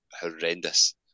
horrendous